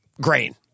grain